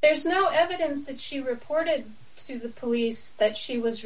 there's no evidence that she reported to the police that she was